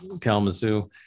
Kalamazoo